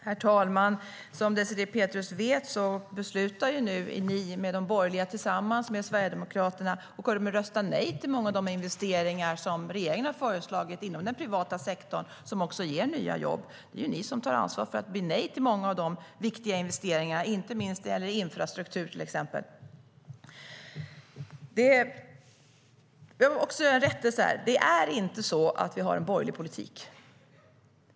STYLEREF Kantrubrik \* MERGEFORMAT Arbetsmarknad och arbetslivJag vill också framföra en rättelse. Regeringen för inte en borgerlig politik.